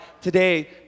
today